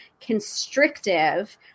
constrictive